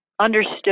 understood